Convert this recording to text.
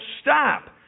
stop